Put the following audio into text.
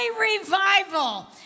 revival